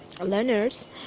learners